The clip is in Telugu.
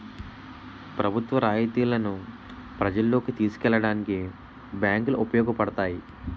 ప్రభుత్వ రాయితీలను ప్రజల్లోకి తీసుకెళ్లడానికి బ్యాంకులు ఉపయోగపడతాయి